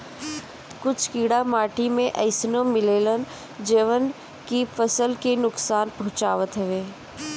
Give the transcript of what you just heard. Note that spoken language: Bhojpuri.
कुछ कीड़ा माटी में अइसनो मिलेलन जवन की फसल के नुकसान पहुँचावत हवे